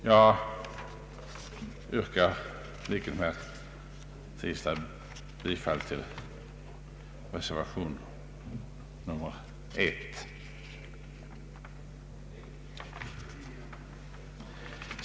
Jag yrkar, i likhet med herr Tistad, bifall till reservation 1.